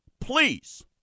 please